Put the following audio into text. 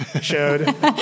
showed